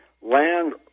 land